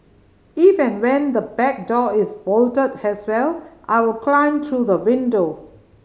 if and when the back door is bolted as well I will climb through the window